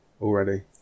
already